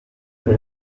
più